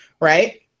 right